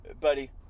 buddy